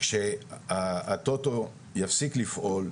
כשהטוטו יפסיק לפעול,